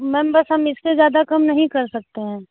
ma'am बस हम इससे ज़्यादा कम नहीं कर सकते हैं